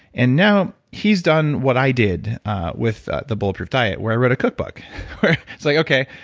and now he's done what i did with the bulletproof diet where i wrote a cookbook. it's like, okay,